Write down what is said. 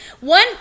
One